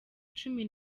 cumi